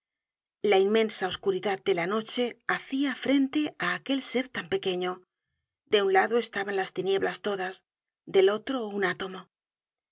la inmensa oscuridad de la noche hacía frente á aquel ser tan pequeño de un lado estaban las tinieblas todas del otro un átomo